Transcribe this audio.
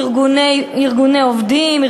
ארגוני עובדים,